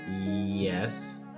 Yes